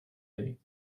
day